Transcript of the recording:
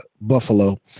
Buffalo